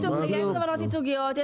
יש תובענות ייצוגיות.